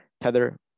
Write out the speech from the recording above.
tether